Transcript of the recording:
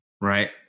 Right